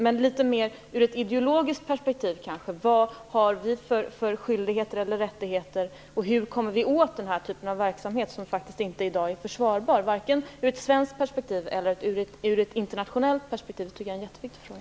Men vad har vi för skyldigheter och rättigheter ur ett ideologiskt perspektiv, och hur kommer vi åt den här typen av verksamhet som i dag faktiskt inte är försvarbar, varken ur ett svenskt perspektiv eller ur ett internationellt perspektiv? Detta tycker jag är en jätteviktig fråga.